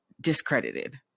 discredited